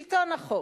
שלטון החוק,